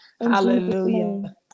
Hallelujah